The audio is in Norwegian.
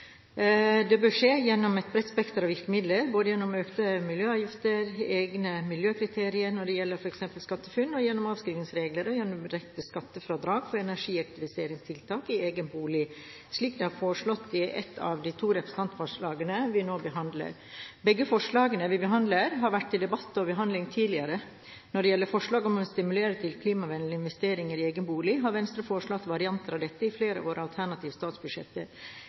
Det bør skje gjennom et bredt spekter av virkemidler, både gjennom økte miljøavgifter, egne miljøkriterier når det gjelder f.eks. SkatteFUNN, gjennom avskrivningsreglene og gjennom direkte skattefradrag for energieffektiviseringstiltak i egen bolig – slik det er foreslått i et av de to representantforslagene vi nå behandler. Begge forslagene vi behandler, har vært til debatt og behandling tidligere. Når det gjelder forslaget om å stimulere til klimavennlige investeringer i egen bolig, har Venstre foreslått varianter av dette i flere av våre alternative statsbudsjetter.